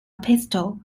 pistol